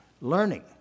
learning